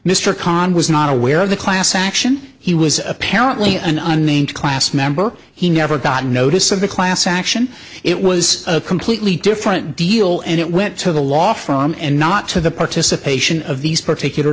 khan was not aware of the class action he was apparently an unnamed class member he never got a notice of the class action it was a completely different deal and it went to the law from and not to the participation of these particular